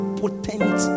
potent